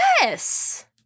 Yes